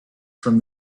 from